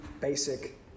basic